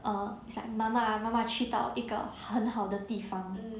err it's like ma ma ma ma 去到一个很好的地方